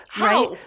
Right